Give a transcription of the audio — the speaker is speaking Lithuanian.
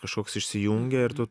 kažkoks išsijungia ir tu